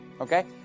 Okay